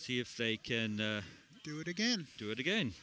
see if they can do it again do it again